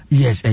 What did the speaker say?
yes